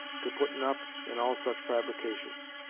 to puttin' up, in all such fabrications.